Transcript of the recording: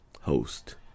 host